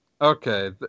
okay